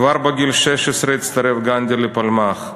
כבר בגיל 16 הצטרף גנדי לפלמ"ח.